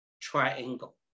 triangle